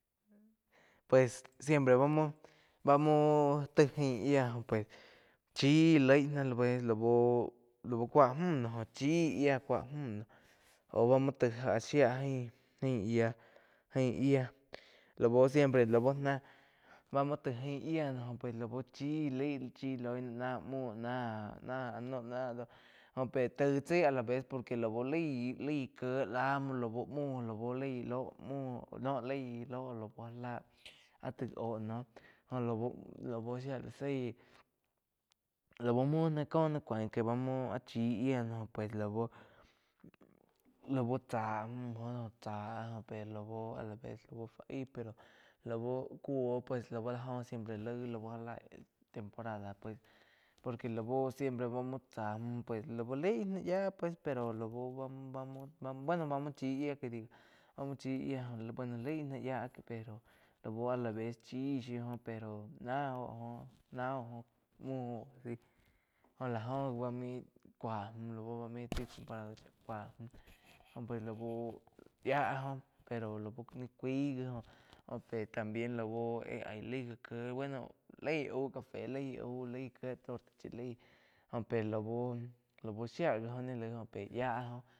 Pues siempre bá muo, bá muo taig ain yía pues chí loi náh laú kúa müh no chía yía cúa müh noh aú báh muo taíg áh shía jaín yiá, jain yía lu siempre laú náh bá muo tai ain yiá lau chí laig na náh muó na-na- áh no ná áh ló jo pé taig chái a la vez por que lau laí kíe lá muo lau úh laíg lóh múo láig lóh laú já láh taig óh noh lau-lau shia la zaí lau muo náh cóh ná cúain que bá muo áh chí yía jo pues laú, laú chá muóo cha pe lau a la vez fu aig pero laú cuo pues lau la joh. Siempre laíh lau já la temporada pue por que laú siempre vá muo tsá müh pues lau laig náh yía pues lau bá lau-bá muo chí yía que di ja ba muo chi yía bueno laig ná yia lau á la vez chí shiu óh pero náh óh- náh óh muo asi jó la joh bá main cúa müh lau óh pues lau yía joh pero lau có caig gi óh pe también lau éh aí laig gi kie bueno laí au café laí au la kie torta chi lai pe lau úh shía gi óh naí laig óh pe yía goh.